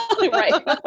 right